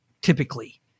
typically